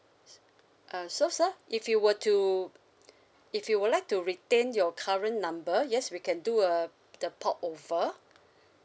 s~ uh so sir if you were to if you would like to retain your current number yes we can do uh the port over